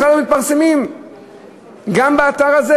בכלל לא מתפרסמות גם באתר הזה.